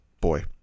boy